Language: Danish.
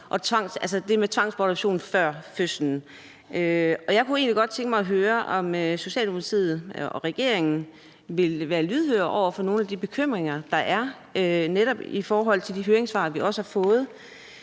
til tvangsbortadoption før fødslen. Jeg kunne egentlig godt tænke mig at høre, om Socialdemokratiet og regeringen vil være lydhøre over for nogle af de bekymringer, der netop er i de høringssvar, vi har fået.